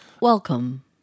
welcome